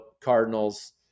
cardinals